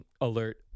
alert